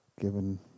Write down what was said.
given